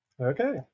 Okay